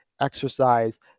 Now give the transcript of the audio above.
exercise